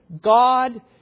God